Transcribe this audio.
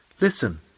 Listen